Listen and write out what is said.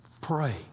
Pray